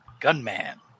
gunman